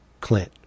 Clint